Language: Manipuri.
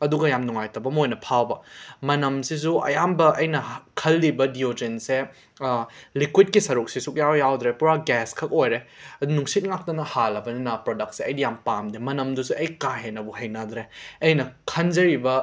ꯑꯗꯨꯒ ꯌꯥꯝꯅ ꯅꯨꯡꯉꯥꯏꯇꯕ ꯑꯃ ꯑꯣꯏꯅ ꯐꯥꯎꯕ ꯃꯅꯝꯁꯤꯁꯨ ꯑꯌꯥꯝꯕ ꯑꯩꯅ ꯍ ꯈꯜꯂꯤꯕ ꯗꯤꯑꯣꯗ꯭ꯔꯦꯟꯁꯦ ꯂꯤꯀ꯭ꯋꯤꯠꯀꯤ ꯁꯔꯨꯛꯁꯤ ꯁꯨꯛꯌꯥꯎ ꯌꯥꯎꯗ꯭ꯔꯦ ꯄꯨꯔꯥ ꯒꯦꯁ ꯈꯛ ꯑꯣꯏꯔꯦ ꯅꯨꯡꯁꯤꯠ ꯉꯥꯛꯇꯅ ꯍꯥꯜꯂꯕꯅꯤꯅ ꯄ꯭ꯔꯗꯛꯁꯦ ꯑꯩꯗꯤ ꯌꯥꯝꯅ ꯄꯥꯝꯗꯦ ꯃꯅꯝꯗꯨꯁꯨ ꯑꯩ ꯀꯥ ꯍꯦꯟꯅꯕꯨ ꯍꯩꯅꯗ꯭ꯔꯦ ꯑꯩꯅ ꯈꯟꯖꯔꯤꯕ